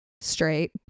straight